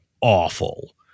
awful